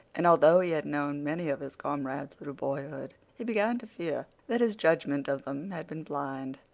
and although he had known many of his comrades through boyhood, he began to fear that his judgment of them had been blind.